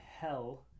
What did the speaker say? hell